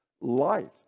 light